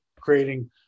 creating